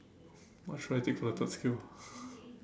what should I take for the third skill